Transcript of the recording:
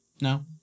No